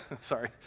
sorry